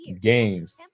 games